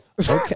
okay